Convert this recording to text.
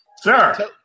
Sir